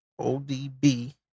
ODB